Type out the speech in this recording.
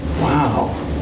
Wow